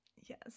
Yes